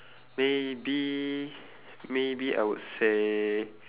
maybe maybe I would say